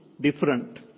different